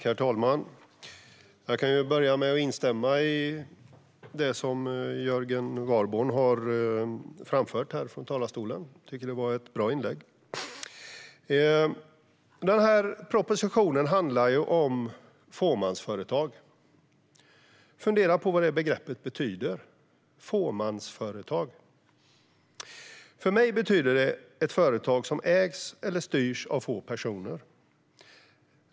Herr talman! Jag kan börja med att instämma i det som Jörgen Warborn har framfört här. Jag tycker att det var ett bra inlägg. Den här propositionen handlar om fåmansföretag. Fundera över vad det begreppet betyder. För mig betyder det ett företag som ägs eller styrs av få personer.